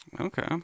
Okay